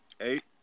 Eight